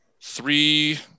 Three